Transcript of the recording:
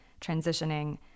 transitioning